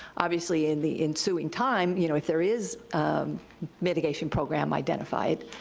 obviously, in the ensuing time, you know, if there is um mitigation program identified,